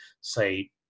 say